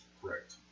Correct